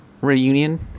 reunion